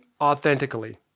authentically